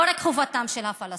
לא רק חובתם של הפלסטינים,